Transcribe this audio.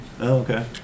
Okay